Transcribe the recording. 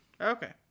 Okay